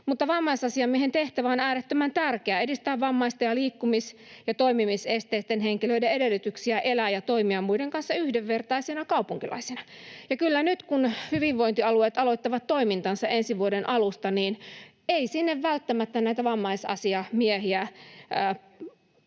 Mutta vammaisasiamiehen tehtävä on äärettömän tärkeä: edistää vammaisten ja liikkumis- ja toimimisesteisten henkilöiden edellytyksiä elää ja toimia muiden kanssa yhdenvertaisina kaupunkilaisina, ja nyt, kun hyvinvointialueet aloittavat toimintansa ensi vuoden alusta, niin ei sinne kyllä välttämättä näitä vammaisasiamiehiä palkata,